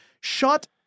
shot